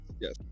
yes